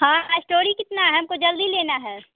हाँ स्टोरी कितना है हमको जल्दी लेना है